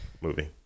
movie